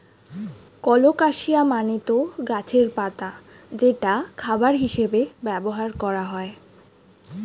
colocasia মানে তো গাছের পাতা যেটা খাবার হিসেবে ব্যবহার করা হয়